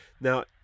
Now